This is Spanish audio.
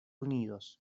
unidos